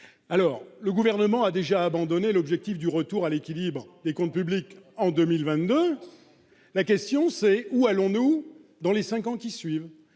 posées. Le Gouvernement a déjà abandonné l'objectif d'un retour à l'équilibre des comptes publics en 2022. Alors, où allons-nous dans les cinq ans qui suivent ?